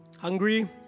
hungry